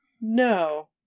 No